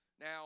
Now